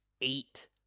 eight